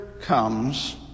comes